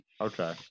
Okay